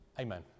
Amen